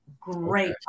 great